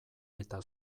eta